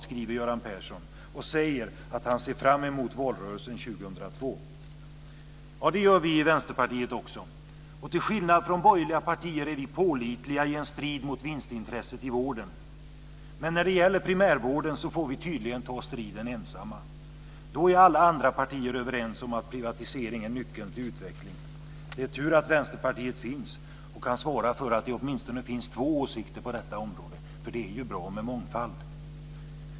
", skriver Göran Persson och säger att han ser fram emot valrörelsen 2002. Ja, det gör vi i Vänsterpartiet också. Till skillnad från borgerliga partier är vi pålitliga i en strid mot vinstintresset i vården. Men när det gäller primärvården får vi tydligen ta striden ensamma. Då är alla andra partier överens om att privatisering är nyckeln till utveckling. Det är tur att Vänsterpartiet finns och kan svara för att det åtminstone finns två åsikter på detta område. Det är ju bra med mångfald.